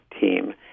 team